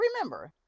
Remember